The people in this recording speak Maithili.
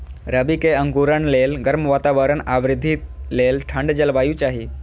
रबी के अंकुरण लेल गर्म वातावरण आ वृद्धि लेल ठंढ जलवायु चाही